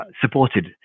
supported